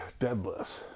deadlifts